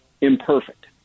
imperfect